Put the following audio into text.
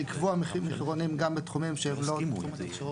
לקבוע מחירון גם בנושאים שהם לא בתחום התקשורת,